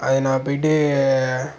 அது நான் போயிட்டு